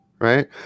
right